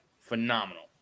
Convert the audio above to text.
phenomenal